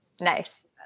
nice